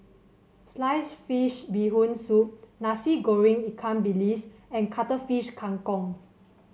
slice fish Bee Hoon Soup Nasi Goreng Ikan Bilis and Cuttlefish Kang Kong